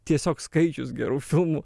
tiesiog skaičius gerų filmų